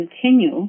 continue